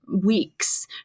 weeks